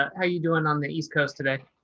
how you doing on the east coast today?